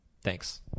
Thanks